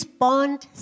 bond